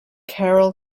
carol